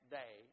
day